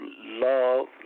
love